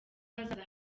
hazaza